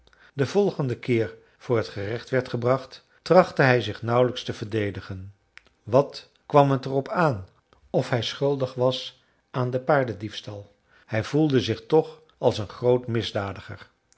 de volgende keer voor het gerecht werd gebracht trachtte hij zich nauwelijks te verdedigen wat kwam het er op aan of hij schuldig was aan den paardendiefstal hij voelde zich toch als een groot misdadiger